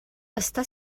està